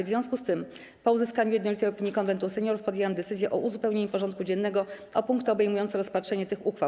W związku z tym, po uzyskaniu jednolitej opinii Konwentu Seniorów, podjęłam decyzję o uzupełnieniu porządku dziennego o punkty obejmujące rozpatrzenie tych uchwał.